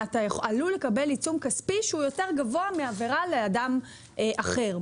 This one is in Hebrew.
עלול לקבל עיצום כספי שהוא יותר גבוה מעבירה לאדם אחר.